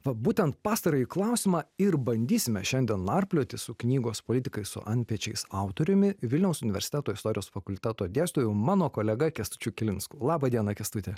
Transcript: va būtent pastarąjį klausimą ir bandysime šiandien narplioti su knygos politikai su antpečiais autoriumi vilniaus universiteto istorijos fakulteto dėstytoju mano kolega kęstučiu kilinsku labą dieną kęstuti